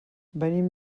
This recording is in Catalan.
venim